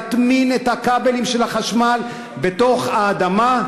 להטמין את הכבלים של החשמל בתוך האדמה,